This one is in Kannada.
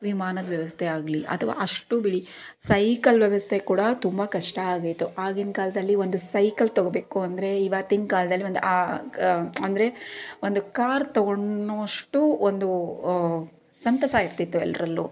ವಿಮಾನದ ವ್ಯವಸ್ಥೆ ಆಗಲಿ ಅಥವಾ ಅಷ್ಟು ಬಿಡಿ ಸೈಕಲ್ ವ್ಯವಸ್ಥೆ ಕೂಡ ತುಂಬ ಕಷ್ಟ ಆಗಿತ್ತು ಆಗಿನ ಕಾಲದಲ್ಲಿ ಒಂದು ಸೈಕಲ್ ತಗೋಬೇಕು ಅಂದರೆ ಇವತ್ತಿನ ಕಾಲದಲ್ಲಿ ಒಂದು ಅಂದರೆ ಒಂದು ಕಾರ್ ತಗೊಳ್ಳೋವಷ್ಟು ಒಂದು ಸಂತಸ ಇರ್ತಿತ್ತು ಎಲ್ಲರಲ್ಲೂ